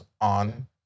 on